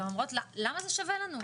והן אומרות שלא שווה להן,